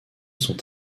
sont